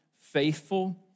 faithful